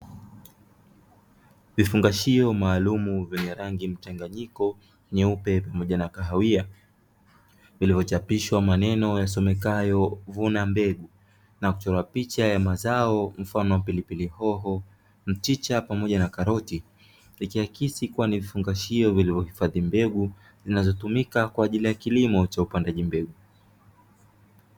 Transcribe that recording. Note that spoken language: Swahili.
Vifungashio maalumu vyenye rangi ya mchanganyiko; vyeupe pamoja na kahawia, vilivyochapishwa maneno yasomekayo "Vuna Mbegu" na kuchorwa picha mfano wa pilipili hoho, mchicha pamoja na karoti, likiakisi kuwa ni vifungashio vilivyohifadhi mbegu zinazotumika kwa ajili ya kilimo cha upandaji mbegu.